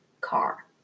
car